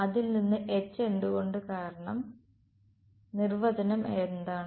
അതിൽ നിന്ന് H എന്തുകൊണ്ട് കാരണം നിർവചനം എന്താണ്